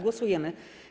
Głosujemy.